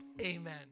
Amen